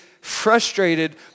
frustrated